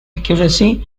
accuracy